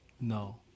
No